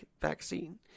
vaccine